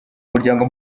umuryango